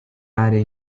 aree